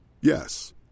Yes